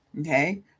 Okay